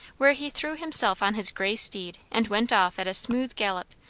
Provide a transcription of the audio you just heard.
where he threw himself on his grey steed and went off at a smooth gallop,